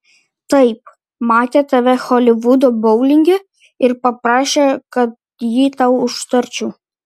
taip matė tave holivudo boulinge ir paprašė kad jį tau užtarčiau